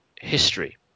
history